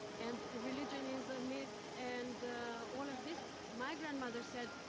and religion is a myth and all of this, my grandmother said,